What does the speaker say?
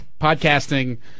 podcasting